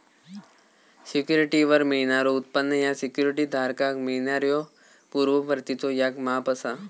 सिक्युरिटीवर मिळणारो उत्पन्न ह्या सिक्युरिटी धारकाक मिळणाऱ्यो पूर्व परतीचो याक माप असा